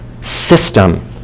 system